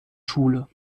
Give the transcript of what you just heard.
schule